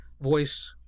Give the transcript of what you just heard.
voice